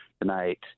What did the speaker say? tonight